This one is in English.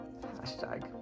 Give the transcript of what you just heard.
Hashtag